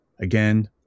again